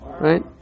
Right